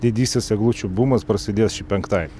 didysis eglučių bumas prasidės šį penktadienį